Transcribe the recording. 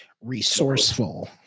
resourceful